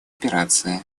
операции